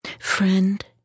Friend